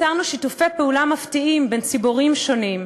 יצרנו שיתופי פעולה מפתיעים בין ציבורים שונים,